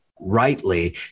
rightly